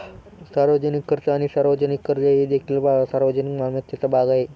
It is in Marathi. सार्वजनिक खर्च आणि सार्वजनिक कर्ज हे देखील सार्वजनिक मालमत्तेचा भाग आहेत